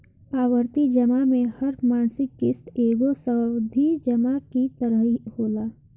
आवर्ती जमा में हर मासिक किश्त एगो सावधि जमा की तरही होला